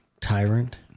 Tyrant